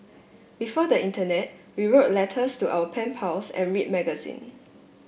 before the internet we wrote letters to our pen pals and read magazine